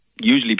usually